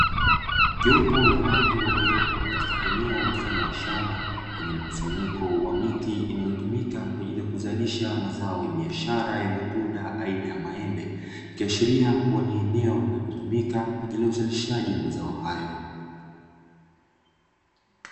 Jopo la watu waliopo katika eneo mfano wa shamba lenye mkusanyiko wa miti inayotumika kwa ajili ya kuzalisha mazao ya biashara ya matunda aina ya maembe, ikiashiria kuwa ni eneo linalotumika kwa ajili ya uzalishaji wa mazao hayo.